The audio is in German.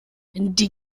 die